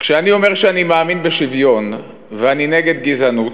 כשאני אומר שאני מאמין בשוויון ואני נגד גזענות,